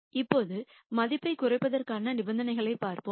இப்போது மதிப்பைக் குறைப்பதற்கான நிபந்தனைகளைப் பார்ப்போம்